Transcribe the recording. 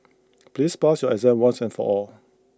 please pass your exam once and for all